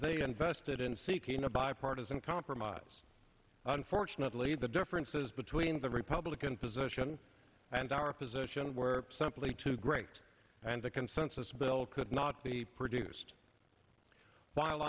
they invested in seeking a bipartisan compromise unfortunately the differences between the republican position and our position were simply too great and a consensus bill could not be produced while